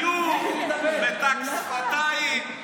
בחיוך, מתק שפתיים.